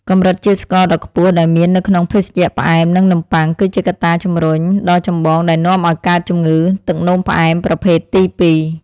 កម្រិតជាតិស្ករដ៏ខ្ពស់ដែលមាននៅក្នុងភេសជ្ជៈផ្អែម និងនំបុ័ង គឺជាកត្តាជម្រុញដ៏ចម្បងដែលនាំឲ្យកើតជំងឺទឹកនោមផ្អែមប្រភេទទីពីរ។